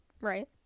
Right